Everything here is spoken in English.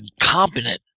incompetent